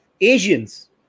Asians